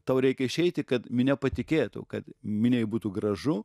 tau reikia išeiti kad minia patikėtų kad miniai būtų gražu